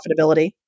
profitability